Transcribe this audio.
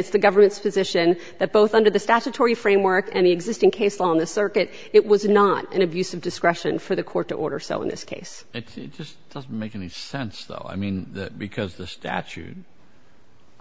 it's the government's position that both under the statutory framework and the existing case on the circuit it was not an abuse of discretion for the court to order so in this case it just doesn't make any sense though i mean because the statute